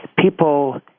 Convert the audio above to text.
People